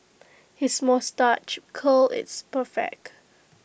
his moustache curl is perfect